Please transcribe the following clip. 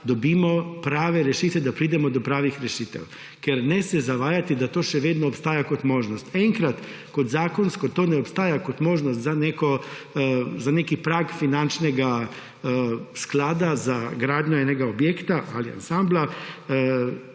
dobimo prave rešitve, da pridemo do pravih rešitev. Ker ne se zavajati, da to še vedno obstaja kot možnost. Enkrat, ko zakonsko to ne obstaja kot možnost za nek prag finančnega sklada za gradnjo enega objekta ali ansambla,